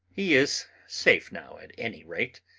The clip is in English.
he is safe now at any rate.